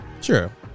Sure